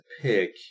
pick